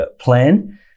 plan